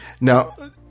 Now